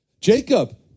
Jacob